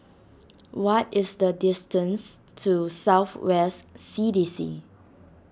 what is the distance to South West C D C